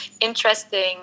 interesting